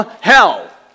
hell